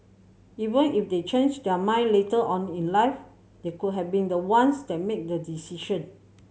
even if they change their mind later on in life they could have been the ones that made the decision